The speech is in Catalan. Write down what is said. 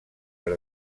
per